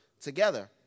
together